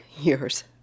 years